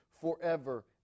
forever